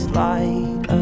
light